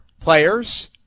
players